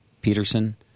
Peterson